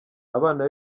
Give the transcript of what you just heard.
abana